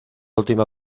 última